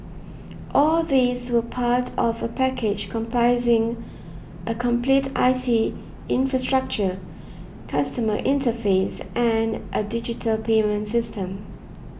all these were part of a package comprising a complete I T infrastructure customer interface and a digital payment system